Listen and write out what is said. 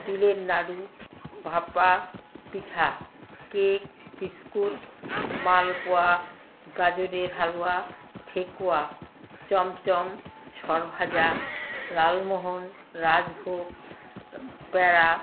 তিলের নাড়ু ভাপা পিঠা কেক বিস্কুট মালপোয়া গাজরের হালুয়া ঠেকুয়া চমচম সরভাজা লালমোহন রাজভোগ প্যাঁড়া